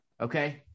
okay